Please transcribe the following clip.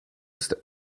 ist